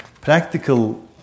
practical